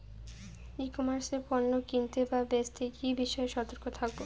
ই commerce এ পণ্য কিনতে বা বেচতে কি বিষয়ে সতর্ক থাকব?